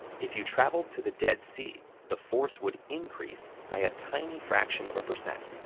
if you traveled to the dead sea, the force would increase by a tiny fraction of a percent.